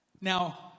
Now